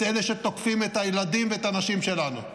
את אלה שתוקפים את הילדים ואת הנשים שלנו.